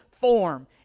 form